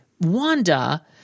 Wanda –